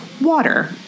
water